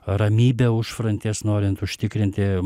ramybę užfrontės norint užtikrinti